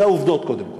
אלה העובדות, קודם כול.